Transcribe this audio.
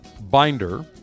binder